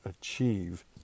achieve